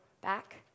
back